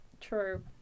true